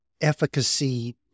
Efficacy